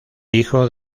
hijo